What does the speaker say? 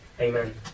amen